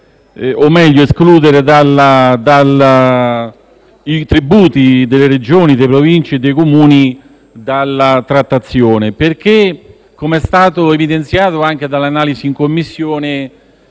di escludere i tributi delle Regioni, delle Province e dei Comuni dalla trattazione. Infatti, come è stato evidenziato anche dall'analisi in Commissione,